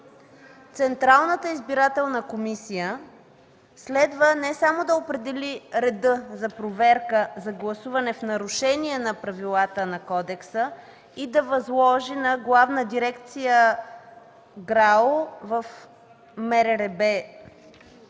Централната избирателна комисия следва не само да определи реда за проверка за гласуване в нарушение на правилата на кодекса и да възложи на Главна дирекция ГРАО в